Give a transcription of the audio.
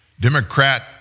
Democrat